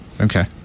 Okay